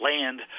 land